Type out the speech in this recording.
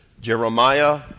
Jeremiah